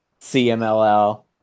CMLL